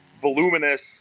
voluminous